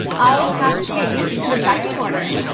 i'll have to get used to the pecking order.